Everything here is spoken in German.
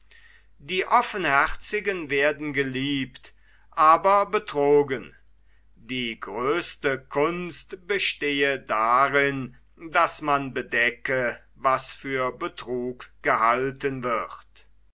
die offenherzigen werden geliebt aber betrogen die größte kunst bestehe darin daß man bedecke was für betrug gehalten wird